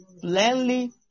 plainly